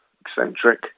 eccentric